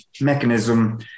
mechanism